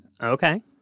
Okay